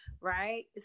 right